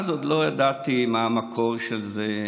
אז עוד לא ידעתי מה המקור של זה,